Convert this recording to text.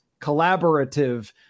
collaborative